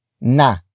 Na